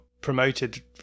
promoted